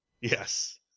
Yes